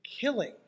killing